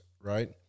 right